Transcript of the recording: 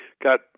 got